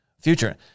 future